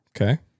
Okay